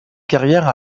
carrière